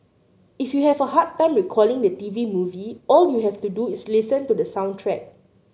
if you have a hard time recalling the T V movie all you have to do is listen to the soundtrack